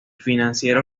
financiero